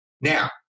Now